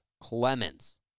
Clemens